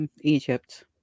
Egypt